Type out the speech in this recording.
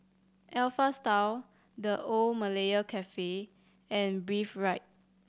Alpha Style The Old Malaya Cafe and Breathe Right